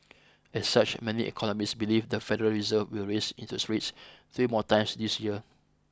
as such many economists believe the Federal Reserve will raise interest rates three more times this year